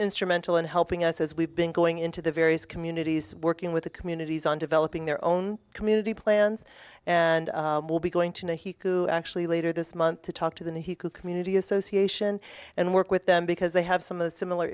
instrumental in helping us as we've been going into the various communities working with the communities on developing their own community plans and will be going to actually later this month to talk to them he could community association and work with them because they have some of the similar